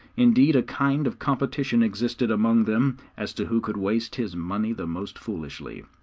indeed, a kind of competition existed among them as to who could waste his money the most foolishly.